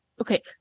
okay